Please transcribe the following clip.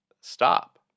stop